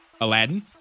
Aladdin